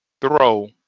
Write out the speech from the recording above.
throw